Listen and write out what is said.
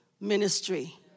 ministry